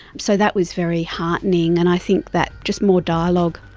so that was very heartening, and i think that, just more dialogue.